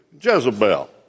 Jezebel